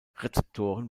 rezeptoren